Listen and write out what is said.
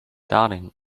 darling